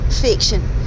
fiction